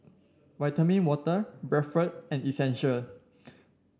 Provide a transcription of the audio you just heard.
Vitamin Water Bradford and Essential